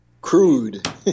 crude